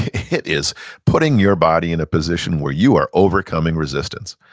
it is putting your body in a position where you are overcoming resistance.